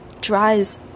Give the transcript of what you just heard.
dries